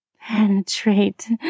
Penetrate